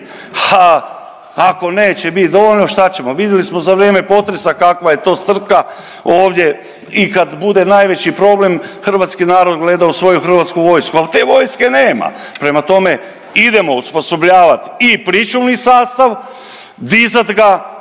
ako neće biti dovoljno, šta ćemo? Vidjeli smo za vrijeme potresa kakva je to strka ovdje i kad bude najveći problem, hrvatski narod gleda u svoju hrvatsku vojsku, ali te vojske nema. Prema tome, idemo osposobljavati i pričuvni sastav, dizat ga